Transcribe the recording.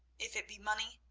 if it be money,